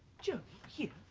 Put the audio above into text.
jo here?